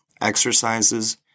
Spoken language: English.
exercises